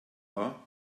war